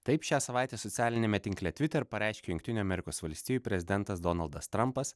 taip šią savaitę socialiniame tinkle tviter pareiškė jungtinių amerikos valstijų prezidentas donaldas trampas